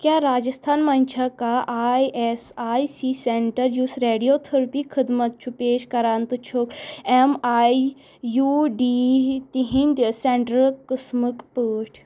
کیٛاہ راجستھان منٛز چھا کانٛہہ I S I C centre یُس ریڈِیو تٔھرپی خدمت چھُ پیش کران تہٕ چھُکھ ایٚم آی یوٗ ڈی تِہنٛدۍ سینٹر قٕسمٕکۍ پٲٹھۍ